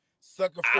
Sucker